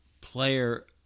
player